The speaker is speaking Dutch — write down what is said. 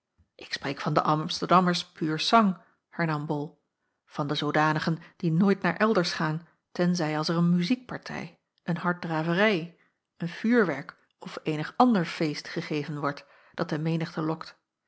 ik spreek van de amsterdammers pur sang hernam bol van de zoodanigen die nooit naar elders gaan tenzij als er een muziekpartij een harddraverij een vuurwerk of eenig ander feest gegeven wordt dat de menigte lokt